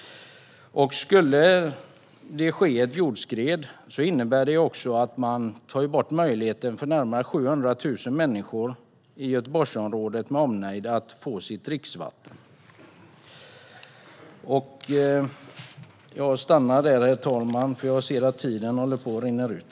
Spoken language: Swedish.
Skulle ett jordskred inträffa försvinner möjligheten för närmare 700 000 människor i Göteborgsområdet med omnejd att få dricksvatten. Jag stannar där, herr talman, för jag ser att talartiden håller på att rinna ut.